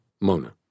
mona